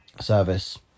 service